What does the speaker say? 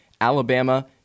Alabama